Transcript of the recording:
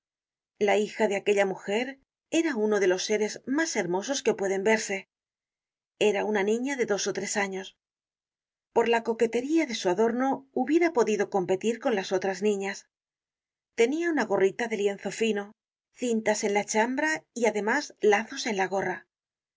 la hija de aquella mujer era uno de los seres mas hermosos que pueden verse era una niña de dos á tres años por la coquetería de su adorno hubiera podido competir con las otras niñas tenia una gorrita de lienzo fino cintas en la chambra y además lazos en la gorra